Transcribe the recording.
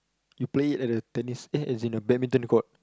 you play it at a tennis eh as in a badminton court